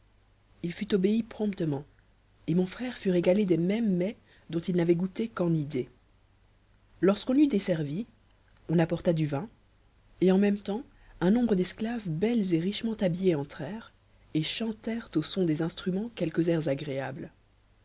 ii fut obéi promptement et mon frère fut régate des mêmes mets dont il n'avait goûté qu'en idée lorsqu'on eut desservi on apporta du vin et en même temps un nombre d'esclaves belles et richement habillées entrèrent et chantèrent au son des instruments quelques airs agréables